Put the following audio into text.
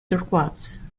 turquoise